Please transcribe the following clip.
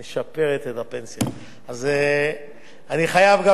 אני חייב גם להגיד, חיכיתי לך שתיכנס.